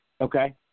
Okay